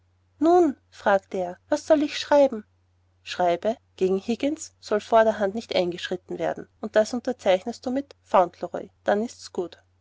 nun fragte er was soll ich schreiben schreibe gegen higgins soll vorderhand nicht eingeschritten werden und das unterzeichnest du mit fauntleroy dann ist's gut